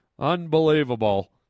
Unbelievable